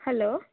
hello